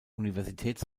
universitäts